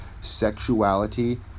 sexuality